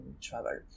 travel